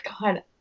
God